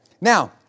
Now